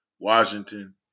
Washington